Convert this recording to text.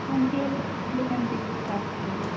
ଏମିତି ହେଲେ ପିଲା କେମିତି ପାଠ ପଢ଼ିବେ